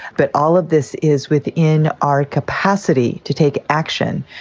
but all of this is within our capacity to take action.